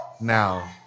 Now